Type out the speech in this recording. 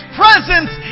presence